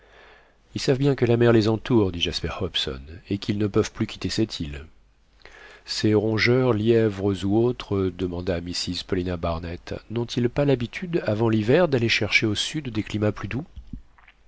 ils savent bien que la mer les entoure dit jasper hobson et qu'ils ne peuvent plus quitter cette île ces rongeurs lièvres ou autres demanda mrs paulina barnett n'ont-ils pas l'habitude avant l'hiver d'aller chercher au sud des climats plus doux